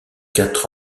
quatre